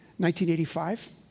1985